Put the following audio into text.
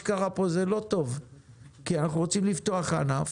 אנחנו רוצים לפתוח את הענף,